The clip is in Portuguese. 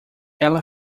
ela